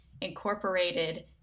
incorporated